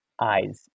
Eyes